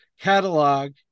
catalog